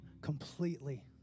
completely